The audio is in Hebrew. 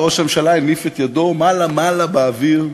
וראש הממשלה הניף את ידו מעלה מעלה באוויר,